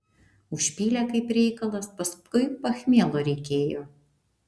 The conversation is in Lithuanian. užpylė kaip reikalas paskui pachmielo reikėjo